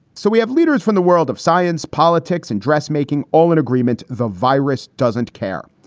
so we have leaders from the world of science, politics and dressmaking all in agreement. the virus. doesn't care.